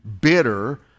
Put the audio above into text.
bitter